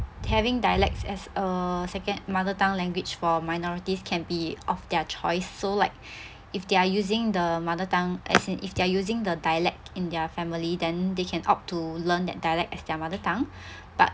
having dialects as a second mother tongue language for minorities can be of their choice so like if they're using the mother tongue as in if they're using the dialect in their family then they can opt to learn that dialect as their mother tongue but